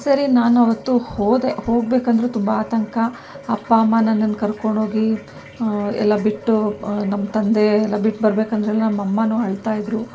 ಸರಿ ನಾನವತ್ತು ಹೋದೆ ಹೋಗಬೇಕಂದ್ರೆ ತುಂಬ ಆತಂಕ ಅಪ್ಪ ಅಮ್ಮ ನನ್ನನ್ನ ಕರ್ಕೊಂಡೋಗಿ ಎಲ್ಲ ಬಿಟ್ಟು ನಮ್ಮ ತಂದೆ ನನ್ನ ಬಿಟ್ಟು ಬರ್ಬೇಕಂದ್ರೆ ನಮ್ಮಮ್ಮನೂ ಅಳ್ತಾಯಿದ್ರು